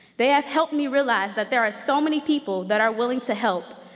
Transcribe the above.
they have helped me realize that there are so many people that are willing to help,